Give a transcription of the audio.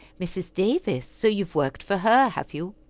mrs. davis! so you have worked for her, have you?